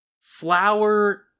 flower